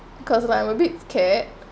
because like I'm a bit scared